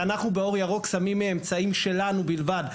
אנחנו באור ירוק שמים מאמצעים שלנו בלבד.